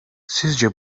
sizce